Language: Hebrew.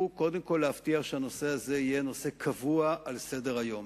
הוא קודם כול להבטיח שהנושא הזה יהיה נושא קבוע על סדר-היום.